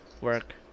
work